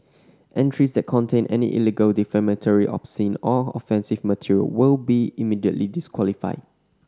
entries that contain any illegal defamatory obscene or offensive material will be immediately disqualified